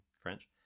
French